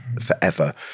forever